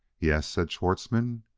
yes? said schwartzmann,